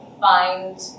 find